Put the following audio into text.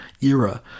era